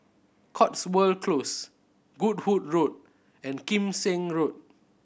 Cotswold Close Goodwood Road and Kim Seng Road